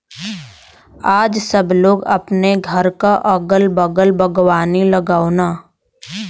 आज सब लोग अपने घरे क अगल बगल बागवानी लगावलन